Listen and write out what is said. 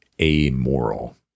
amoral